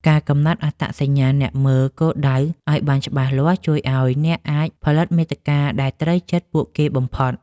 ការកំណត់អត្តសញ្ញាណអ្នកមើលគោលដៅឱ្យបានច្បាស់លាស់ ជួយឱ្យអ្នកអាចផលិតមាតិកាដែលត្រូវចិត្តពួកគេបំផុត។